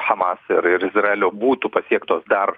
hamas ir ir izraelio būtų pasiektos dar